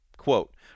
quote